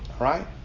Right